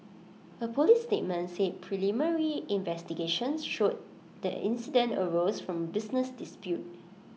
A Police statement said preliminary investigations showed that incident arose from A business dispute